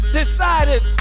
decided